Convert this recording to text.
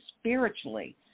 spiritually